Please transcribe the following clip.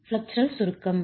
பிளேஸுரால் சுருக்கம்